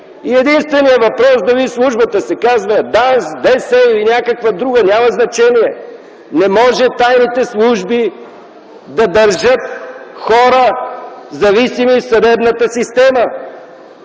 и единственият въпрос е дали службата се казва ДАНС, ДС или някаква друга, няма значение. Не може тайните служби да държат зависими хора в съдебната система.